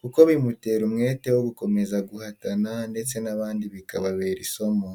kuko bimutera umwete wo gukomeza guhatana ndetse n'abandi bikababera isomo.